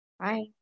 Hi